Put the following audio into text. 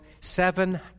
Seven